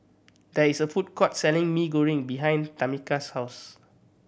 there is a food court selling Mee Goreng behind Tamica's house